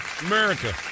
America